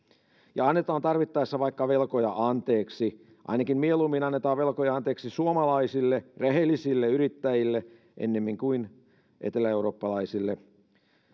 annetaan tarvittaessa vaikka velkoja anteeksi ainakin mieluummin annetaan velkoja anteeksi suomalaisille rehellisille yrittäjille kuin eteläeurooppalaisille